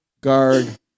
guard